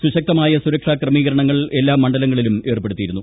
സുശക്തമായ സുരക്ഷാ ക്രമീകരണങ്ങൾ എല്ലാ മണ്ഡലങ്ങളിലും ഏർപ്പെടുത്തിയിരുന്നു